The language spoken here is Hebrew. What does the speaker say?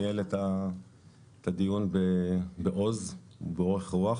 שניהל את הדיון בעוז ובאורך רוח